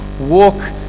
walk